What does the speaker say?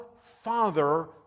Father